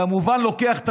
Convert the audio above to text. כמובן שהוא לוקח את